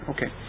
Okay